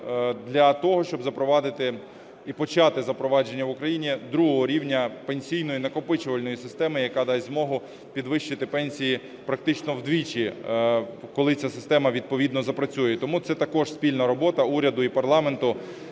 для того, щоб запровадити і почати запровадження в Україні другого рівня пенсійної накопичувальної системи, яка дасть змогу підвищити пенсії практично вдвічі, коли ця система відповідно запрацює. Тому це також спільна робота уряду і парламенту